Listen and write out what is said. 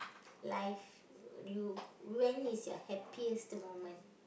life you when is your happiest moment